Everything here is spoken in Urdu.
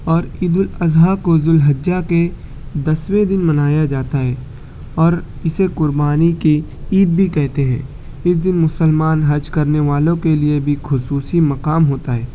اور عیدالاضحی کو ذو الحجہ کے دسویں دن منایا جاتا ہے اور اسے قربانی کی عید بھی کہتے ہیں اس دن مسلمان حج کرنے والوں کے لیے بھی خصوصی مقام ہوتا ہے